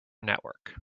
network